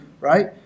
right